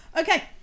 Okay